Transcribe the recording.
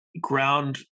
ground